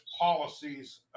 policies